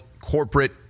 corporate